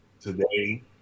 today